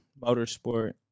motorsport